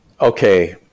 Okay